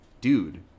dude